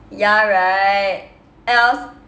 ya right and I was